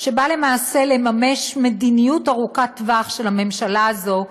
שבא למעשה לממש מדיניות ארוכת טווח של הממשלה הזאת,